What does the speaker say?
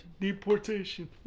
Deportation